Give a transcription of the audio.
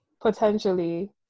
potentially